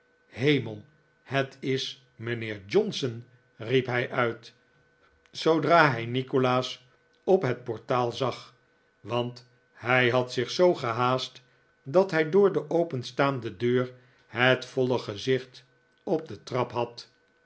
hemel het is mijnheer johnson riep hij uit zoodra hij nikolaas op het portaal zag want hij had zich zoo geplaatst dat hij door de openstaande deur het voile gezicht op de trap had